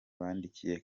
bandikiye